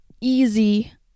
easy